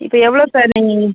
இப்போ எவ்வளோ சார் நீங்கள்